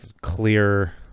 clear